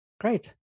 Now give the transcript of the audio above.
Great